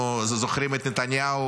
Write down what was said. אנחנו זוכרים את נתניהו